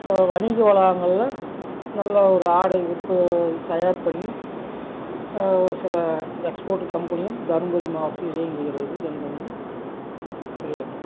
வணிக வளாங்களில் நல்ல ஒரு ஆடை உற்ப தயார் பண்ணி சில எக்ஸ்போர்ட்டு கம்பெனியும் தருமபுரி மாவட்டத்தில் இயங்குகிறது என்பதையும் எல்லா